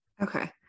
okay